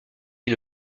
est